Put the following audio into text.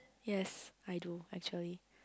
yes I do actually